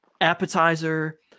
appetizer